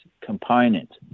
component